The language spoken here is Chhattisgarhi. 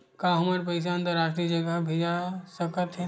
का हमर पईसा अंतरराष्ट्रीय जगह भेजा सकत हे?